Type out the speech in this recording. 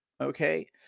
okay